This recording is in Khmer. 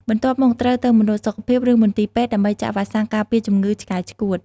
បន្ទាប់មក ត្រូវទៅមណ្ឌលសុខភាព ឬមន្ទីរពេទ្យ ដើម្បីចាក់វ៉ាក់សាំងការពារជំងឺឆ្កែឆ្កួត។